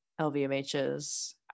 LVMH's